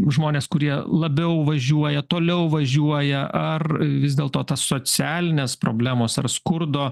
žmonės kurie labiau važiuoja toliau važiuoja ar vis dėlto tas socialinės problemos ar skurdo